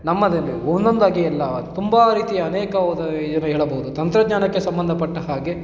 ನಮ್ಮದಲ್ಲಿ ಒಂದೊಂದಾಗಿ ಅಲ್ಲ ತುಂಬ ರೀತಿಯ ಅನೇಕವಾದ ಏನು ಹೇಳಬಹುದು ತಂತ್ರಜ್ಞಾನಕ್ಕೆ ಸಂಬಂಧಪಟ್ಟ ಹಾಗೆ